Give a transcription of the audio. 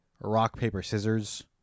rock-paper-scissors